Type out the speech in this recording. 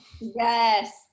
Yes